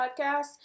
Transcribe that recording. podcast